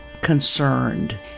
concerned